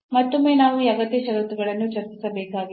ಮತ್ತೊಮ್ಮೆ ನಾವು ಈ ಅಗತ್ಯ ಷರತ್ತುಗಳನ್ನು ಚರ್ಚಿಸಬೇಕಾಗಿದೆ